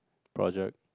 project